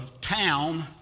town